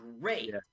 great